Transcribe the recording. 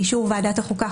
באישור ועדת החוקה,